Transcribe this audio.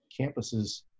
campuses